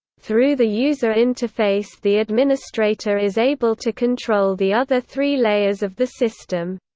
through the user interface the administrator is able to control the other three layers of the system.